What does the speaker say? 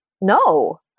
no